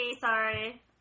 Sorry